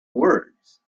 words